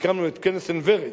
כשהקמנו את כנס עין-ורד,